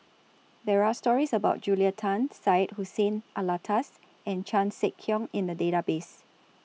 There Are stories about Julia Tan Syed Hussein Alatas and Chan Sek Keong in The Database